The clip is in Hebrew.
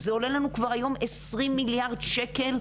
זה עולה לנו כבר היום 20 מיליארד שקל,